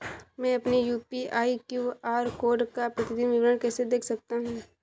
मैं अपनी UPI QR code का प्रतीदीन विवरण कैसे देख सकता हूँ?